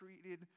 treated